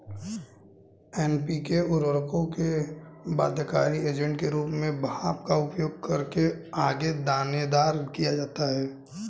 NPK उर्वरकों में बाध्यकारी एजेंट के रूप में भाप का उपयोग करके आगे दानेदार किया जाता है